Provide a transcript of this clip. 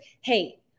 hey